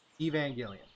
Evangelion